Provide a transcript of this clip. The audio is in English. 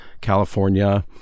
California